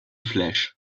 flash